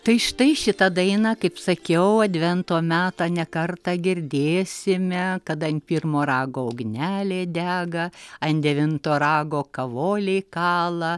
tai štai šitą dainą kaip sakiau advento metą ne kartą girdėsime kad ant pirmo rago ugnelė dega ant devinto rago kavoliai kala